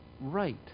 right